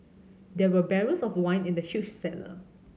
there were barrels of wine in the huge cellar